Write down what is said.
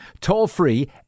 toll-free